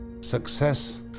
Success